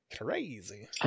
Crazy